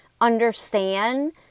understand